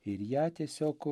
ir ją tiesiog